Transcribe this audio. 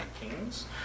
Kings